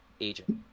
agent